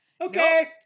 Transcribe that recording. Okay